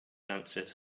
answered